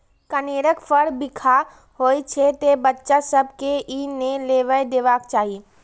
कनेरक फर बिखाह होइ छै, तें बच्चा सभ कें ई नै लेबय देबाक चाही